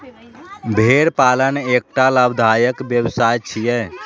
भेड़ पालन एकटा लाभदायक व्यवसाय छियै